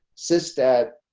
sis that